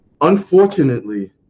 unfortunately